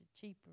cheaper